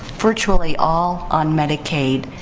virtually all on medicaid.